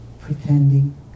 pretending